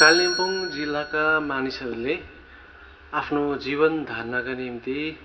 कालिम्पोङ जिल्लाका मानिसहरूले आफ्नो जीवन धान्नका निम्ति